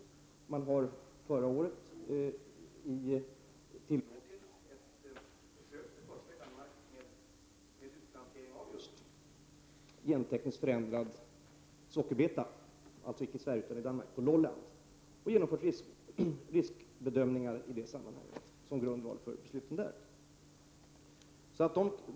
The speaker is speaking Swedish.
Förra året gjordes det på Lolland i Danmark försök med utplantering av just en gentekniskt förändrad sockerbeta, och i det sammanhanget genomfördes riskbedömningar som låg till grund för besluten.